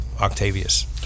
Octavius